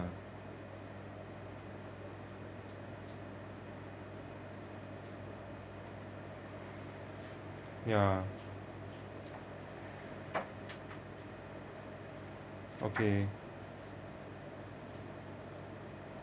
ya okay